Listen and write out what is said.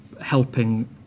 Helping